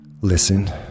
listen